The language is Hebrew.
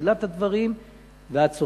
מתחילת הדברים ועד סופם,